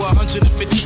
150